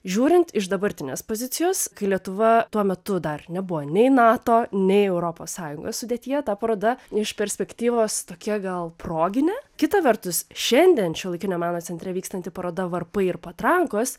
žiūrint iš dabartinės pozicijos kai lietuva tuo metu dar nebuvo nei nato nei europos sąjungos sudėtyje ta paroda iš perspektyvos tokia gal proginė kita vertus šiandien šiuolaikinio meno centre vykstanti paroda varpai ir patrankos